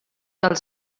els